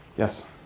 Yes